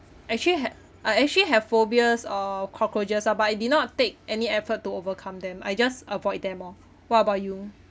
actually I actually have phobias on cockroaches ah but I did not take any effort to overcome them I just avoid them orh what about you